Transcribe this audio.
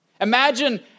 Imagine